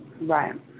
Right